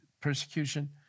persecution